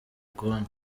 ukundi